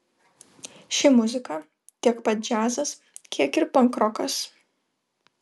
ši muzika tiek pat džiazas kiek ir pankrokas